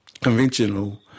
conventional